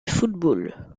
football